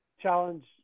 challenge